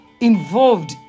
involved